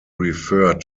refer